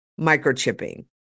microchipping